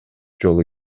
жолу